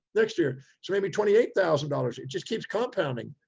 next year, it's maybe twenty eight thousand dollars. it just keeps compounding.